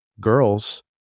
girls